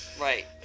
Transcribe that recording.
right